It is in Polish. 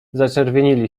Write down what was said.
zaczerwienili